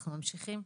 אנחנו ממשיכים.